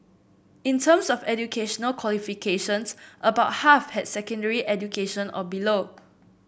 in terms of educational qualifications about half had secondary education or below